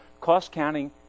cost-counting